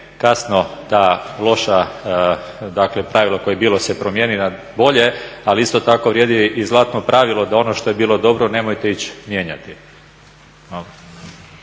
kasno da loša dakle, pravilo koje je bilo se promijeni na bolje ali isto tako vrijedi i zlatno pravilo da ono što je bilo dobro nemojte ići mijenjati.